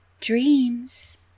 dreams